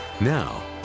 Now